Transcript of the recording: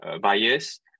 buyers